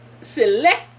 select